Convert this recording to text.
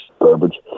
garbage